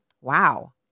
Wow